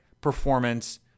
performance